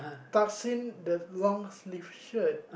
tucks in the long sleeve shirt